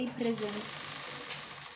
prisons